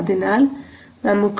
അതിനാൽ നമുക്ക്